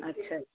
अच्छा